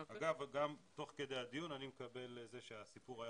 אגב, גם תוך כדי הדיון אני מקבל שהסיפור היה